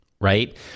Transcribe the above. right